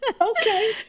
Okay